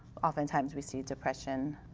oftentimes we see depression,